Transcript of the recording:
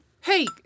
Hey